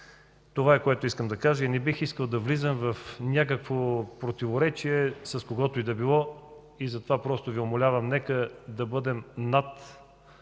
Това е, което исках да кажа, и не бих искал да влизам в някакво противоречие с когото и да било. Затова просто Ви умолявам: нека да бъдем над